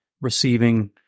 receiving